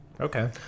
okay